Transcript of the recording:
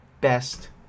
best